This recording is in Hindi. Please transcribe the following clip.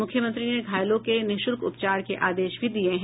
मुख्यमंत्री ने घायलों के निःशुल्क उपचार के आदेश भी दिए हैं